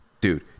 Dude